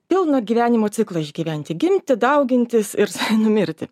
ir pilno gyvenimo ciklą išgyventi gimti daugintis ir numirti